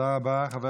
חבר הכנסת